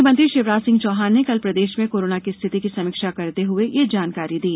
मुख्यमंत्री शिवराज सिंह चौहान ने कल प्रदेश में कोरोना की स्थिति की समीक्षा करते हुए ये जानकारी दी